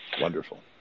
Wonderful